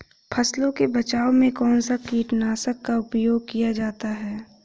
फसलों के बचाव में कौनसा कीटनाशक का उपयोग किया जाता है?